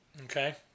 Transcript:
Okay